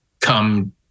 come